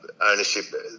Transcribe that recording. ownership